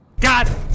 God